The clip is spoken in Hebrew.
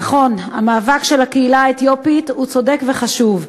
נכון, המאבק של הקהילה האתיופית הוא צודק וחשוב.